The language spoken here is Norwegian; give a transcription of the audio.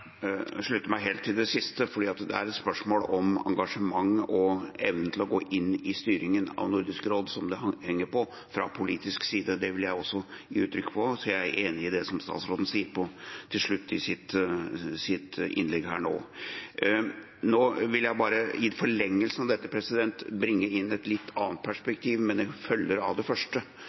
Jeg slutter meg helt til det siste, for det er et spørsmål om engasjement og evne til å gå inn i styringen av Nordisk råd det henger på fra politisk side. Det vil jeg også gi uttrykk for, så jeg er enig i det som statsråden sier til slutt i sitt innlegg her nå. Nå vil jeg bare i forlengelsen av dette bringe inn et litt annet perspektiv, men det følger av det første,